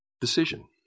decision